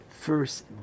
first